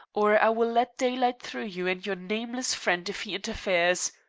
or i will let daylight through you and your nameless friend if he interferes.